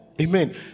Amen